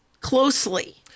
closely